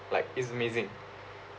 like it's amazing